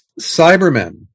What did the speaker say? Cybermen